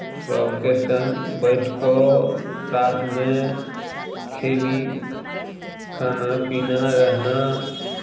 सभके सङ्ग बैठि कऽ साथमे खयली खाना पीना रहना